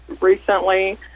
recently